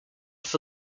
for